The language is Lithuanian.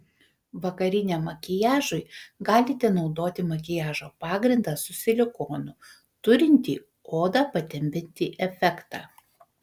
vakariniam makiažui galite naudoti makiažo pagrindą su silikonu turintį odą patempiantį efektą